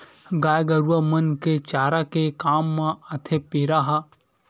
गाय गरुवा मन के चारा के काम म आथे पेरा ह